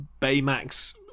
Baymax